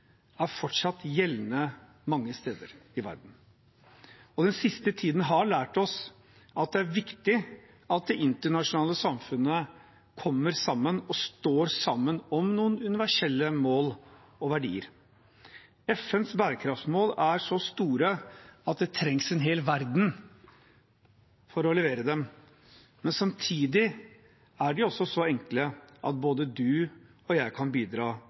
er fortsatt gjeldende mange steder i verden. Den siste tiden har lært oss at det er viktig at det internasjonale samfunnet kommer sammen og står sammen om noen universelle mål og verdier. FNs bærekraftsmål er så store at det trengs en hel verden for å levere dem. Men samtidig er de også så enkle at både du og jeg kan bidra